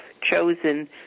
chosen